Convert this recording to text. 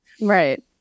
Right